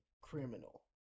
criminal